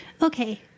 Okay